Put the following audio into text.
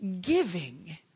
giving